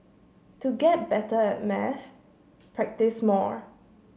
to get better at maths practise more